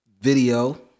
video